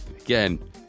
Again